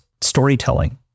storytelling